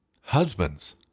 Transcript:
Husbands